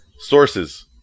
Sources